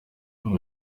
ibi